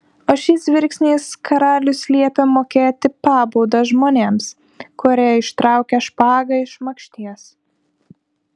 o šis verksnys karalius liepia mokėti pabaudą žmonėms kurie ištraukia špagą iš makšties